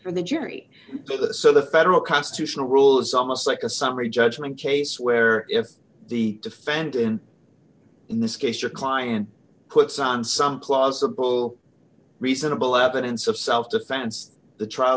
for the jury so the federal constitutional rule is almost like a summary judgment case where if the defendant in this case your client puts on some plausible reasonable evidence of self defense the trial